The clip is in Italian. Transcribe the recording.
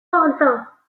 volta